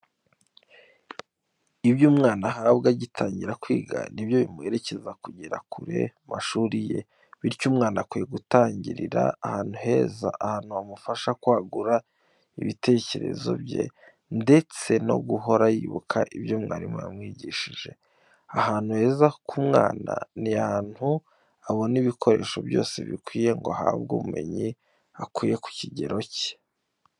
Ibyo umwana ahabwa agitangira kwiga ni byo bimuherekeza kugera kure mu mashuri ye, bityo umwana akwiye gutangirira ahantu heza, ahantu hamufasha kwagura ibitekerezo bye ndetse no guhora yibuka ibyo mwarimu yamwigishije. Ahantu heza k’umwana, ni ahantu abona ibikoresho byose bikwiye ngo ahabwe ubumenyi akwiye ku kigero cye.